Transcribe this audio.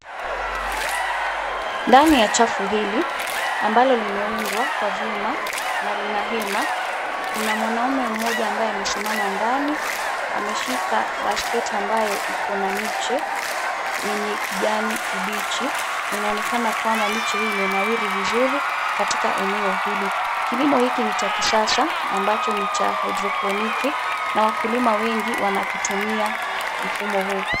Ndani ya chafu hili, ambalo limeundwa na vyuma na lina hema, kuna mwanume mmoja ambaye amesimama ndani ameshika (cs)basket(cs) ambayo iko na miche yenye kijani kibichi, inaonekana kwamba miche hii imenawiri vizuri katika eneo hili. Kilimo hiki ni cha kisasa ambacho ni cha haidroponiki na wakulima wengi wanatumia mfumo huu.